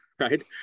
right